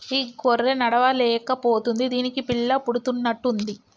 ఈ గొర్రె నడవలేక పోతుంది దీనికి పిల్ల పుడుతున్నట్టు ఉంది